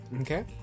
okay